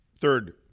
Third